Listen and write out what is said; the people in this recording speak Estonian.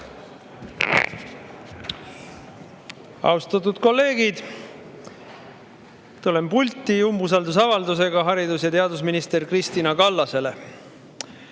Austatud kolleegid! Tulen pulti umbusaldusavaldusega haridus- ja teadusminister Kristina Kallasele.